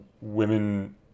women